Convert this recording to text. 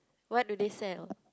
what do they sell